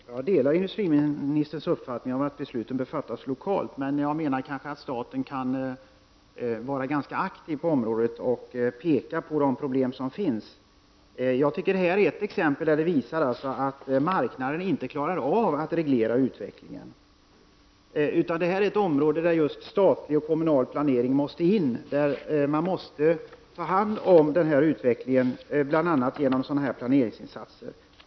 Herr talman! Jag delar industriministerns uppfattning att beslut bör fattas lokalt. Men jag menar att staten kanske kan vara aktiv på området och peka på de problem som finns. Jag tycker att detta är ett exempel som visar att marknaden inte klarar av att reglera utvecklingen. Detta är ett område där statlig och kommunal planering måste in.. Man måste ta hand om denna utveckling, bl.a. genom planeringsinsatser.